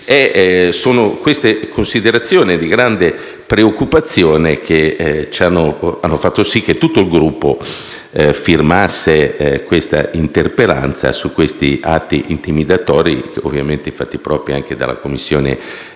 Sono queste considerazioni, di grande preoccupazione, che hanno fatto sì che tutto il Gruppo firmasse questa interpellanza su questi atti intimidatori (ovviamente fatti propri anche dalla Commissione